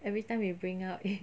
everytime we bring up it